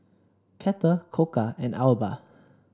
Kettle Koka and Alba